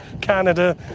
Canada